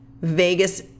Vegas